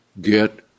get